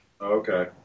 Okay